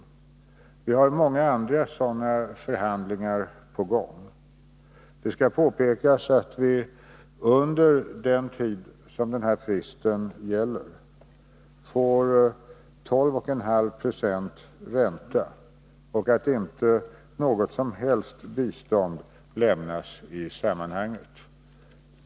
Vi har många andra sådana förhandlingar på gång. Det skall påpekas att vi under den tid som denna frist gäller får 12,5 90 i ränta och att inte något som helst bistånd lämnas i sammanhanget.